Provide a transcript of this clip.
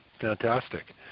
Fantastic